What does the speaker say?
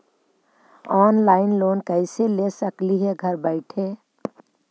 Online loan कैसे ले सकली हे घर बैठे?